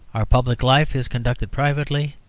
our public life is conducted privately.